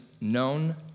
known